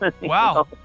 Wow